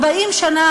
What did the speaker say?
40 שנה,